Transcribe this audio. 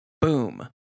Boom